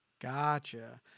Gotcha